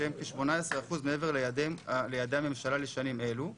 שהן כ-18% מעבר ליעדי הממשלה לשנים אלו.